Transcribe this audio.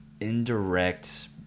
indirect